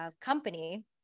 company